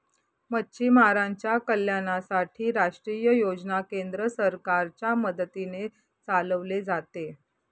मच्छीमारांच्या कल्याणासाठी राष्ट्रीय योजना केंद्र सरकारच्या मदतीने चालवले जाते